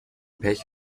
pech